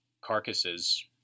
carcasses